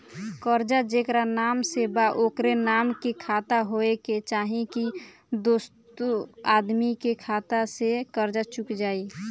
कर्जा जेकरा नाम से बा ओकरे नाम के खाता होए के चाही की दोस्रो आदमी के खाता से कर्जा चुक जाइ?